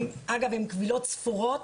אגב, הן קבילות ספורות,